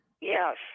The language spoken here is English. Yes